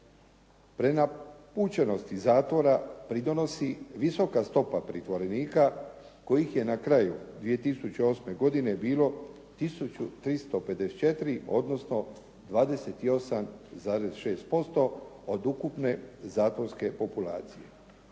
Prenapučenosti zatvora pridonosi visoka stopa pritvorenika kojih je na kraju 2008. godine bilo tisuću 354, odnosno 28,6% od ukupne zatvorske populacije.